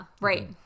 right